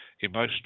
emotional